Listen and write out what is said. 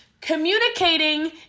Communicating